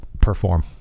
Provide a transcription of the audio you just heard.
perform